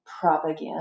propaganda